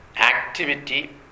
activity